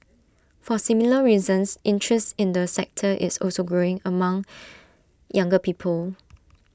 for similar reasons interest in the sector is also growing among younger people